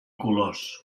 colors